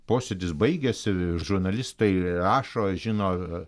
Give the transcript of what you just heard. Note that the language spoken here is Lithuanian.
posėdis baigiasi ir žurnalistai rašo žino